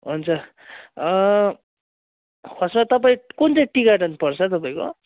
हुन्छ खासमा तपाईँ कुन चाहिँ टी गार्डन पर्छ तपाईँको